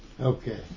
Okay